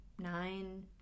nine